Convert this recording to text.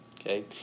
Okay